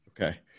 Okay